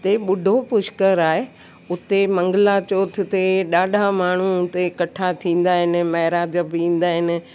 हिते बुॾो पुष्कर आहे हुते मंगलाचौथ ते ॾाढा माण्हू हुते इकठ्ठा थींदा आहिनि महिराज बि ईंदा आहिनि